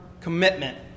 commitment